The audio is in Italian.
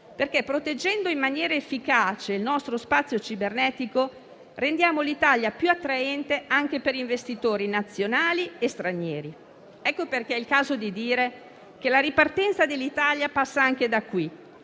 proteggendo in maniera efficace il nostro spazio cibernetico, rendiamo l'Italia più attraente anche per investitori nazionali e stranieri. È il caso di dire quindi che la ripartenza dell'Italia passa anche da qui,